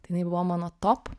tai jinai buvo mano top